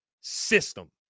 system